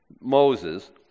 Moses